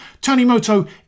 Tanimoto